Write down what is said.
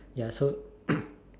ya so